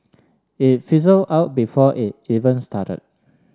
it fizzle out before it even started